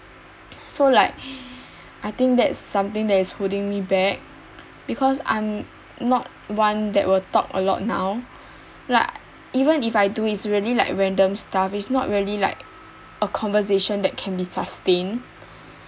so like I think that is something that is holding me back because I'm not one that will talk a lot now like even if I do it's really like random stuff is not really like a conversation that can be sustained